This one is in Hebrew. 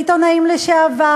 ועיתונאים לשעבר,